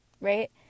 right